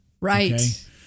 Right